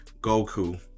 Goku